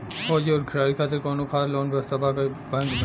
फौजी और खिलाड़ी के खातिर कौनो खास लोन व्यवस्था बा का बैंक में?